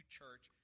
church